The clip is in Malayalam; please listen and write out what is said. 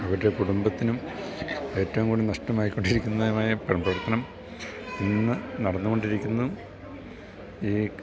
അവരുടെ കുടുംബത്തിനും ഏറ്റവും കൂടുതൽ നഷ്ടമായിക്കൊണ്ടിരിക്കുന്നതുമായ പ്രവർത്തനം ഇന്നു നടന്നു കൊണ്ടിരിക്കുന്നതും ഈ